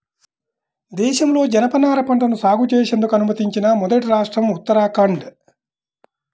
దేశంలో జనపనార పంటను సాగు చేసేందుకు అనుమతించిన మొదటి రాష్ట్రం ఉత్తరాఖండ్